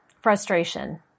frustration